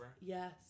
Yes